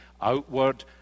outward